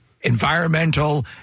environmental